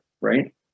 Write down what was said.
right